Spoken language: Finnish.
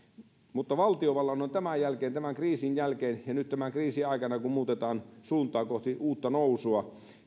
mutta valtiovallan on tämän jälkeen tämän kriisin jälkeen ja nyt tämän kriisin aikana kun muutetaan suuntaa kohti uutta nousua